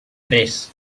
tres